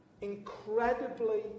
incredibly